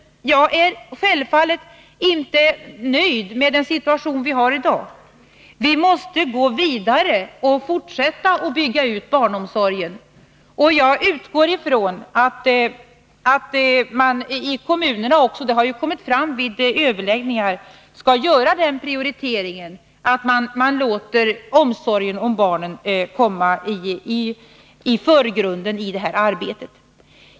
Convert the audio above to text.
Men jag är självfallet inte nöjd med den situation vi har i dag. Vi måste gå vidare och fortsätta att bygga ut barnomsorgen. Och jag utgår ifrån att man i kommunerna skall göra den prioriteringen — det har kommit fram vid överläggningar att man avser göra det — att man låter omsorgen om barnen komma i förgrunden i det här arbetet.